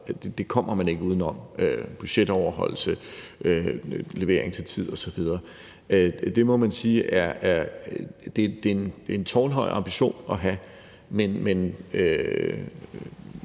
det kommer man ikke uden om: budgetoverholdelse, levering til tiden osv. – så må man sige, at det er en tårnhøj ambition at have, men